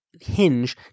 hinge